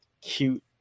cute